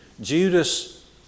Judas